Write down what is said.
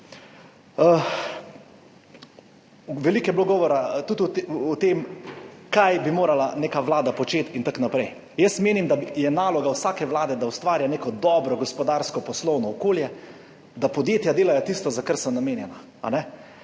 Veliko je bilo govora tudi o tem, kaj bi morala početi neka vlada in tako naprej. Jaz menim, da je naloga vsake vlade, da ustvarja neko dobro gospodarsko poslovno okolje, da podjetja delajo tisto, za kar so namenjena,